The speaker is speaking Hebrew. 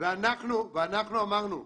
ואנחנו אמרנו,